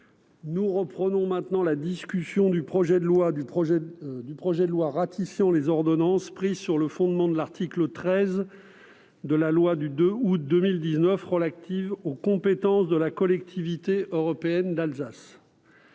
Nous reprenons la discussion du projet de loi ratifiant les ordonnances prises sur le fondement de l'article 13 de la loi du 2 août 2019 relative aux compétences de la Collectivité européenne d'Alsace.